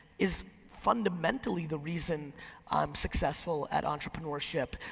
is fundamentally the reason i'm successful at entrepreneurship.